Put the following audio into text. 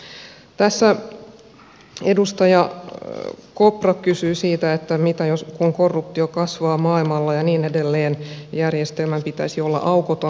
tässä edustaja kopra kysyi siitä että mitä kun korruptio kasvaa maailmalla ja niin edelleen ja järjestelmän pitäisi olla aukoton